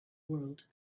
world